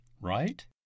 right